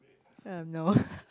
uh no